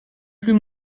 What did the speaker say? plus